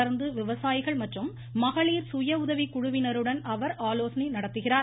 தொடா்ந்து விவசாயிகள் மற்றும் மகளிர் சுயஉதவிக் குழுவினருடன் அவா் ஆலோசனை நடத்துகிறார்